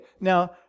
Now